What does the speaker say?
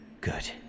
Good